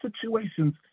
situations